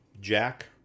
Jack